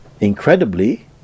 Incredibly